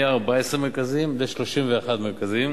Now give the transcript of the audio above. מ-14 מרכזים ל-31 מרכזים